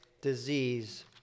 disease